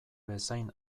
bezain